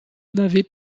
n’avez